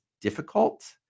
difficult